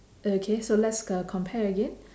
okay so let's uh compare again